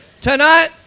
Tonight